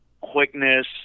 quickness